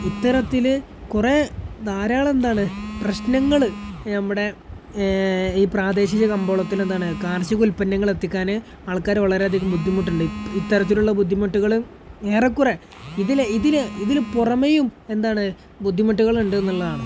ഇത്തരത്തിൽ കുറേ ധാരാളമെന്താണ് പ്രശ്നങ്ങൾ ഞമ്മുടെ ഈ പ്രാദേശിക കമ്പോളത്തിലെന്താണ് കാർഷിക ഉൽപ്പന്നങ്ങൾ എത്തിക്കാൻ ആൾക്കാർ വളരേയധികം ബുദ്ധിമുട്ടുണ്ട് ഇത്തരത്തിലുള്ള ബുദ്ധിമുട്ടുകൾ ഏറെക്കുറേ ഇതിൽ ഇതിൽ ഇതിൽ പുറമേയും എന്താണ് ബുദ്ധിമുട്ടുകളുണ്ട് എന്നുള്ളതാണ്